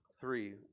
three